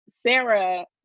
Sarah